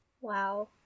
Wow